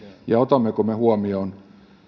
ja otammeko me huomioon